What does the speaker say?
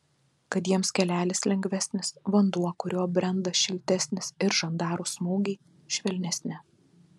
kad jiems kelelis lengvesnis vanduo kuriuo brenda šiltesnis ir žandarų smūgiai švelnesni